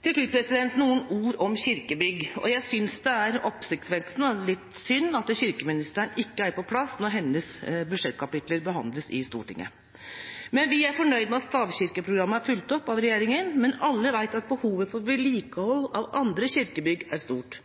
Til slutt noen ord om kirkebygg. Jeg synes det er oppsiktsvekkende og litt synd at kirkeministeren ikke er på plass når hennes budsjettkapitler behandles i Stortinget. Vi er fornøyd med at stavkirkeprogrammet er fulgt opp av regjeringa, men alle vet at behovet for vedlikehold av andre kirkebygg er stort.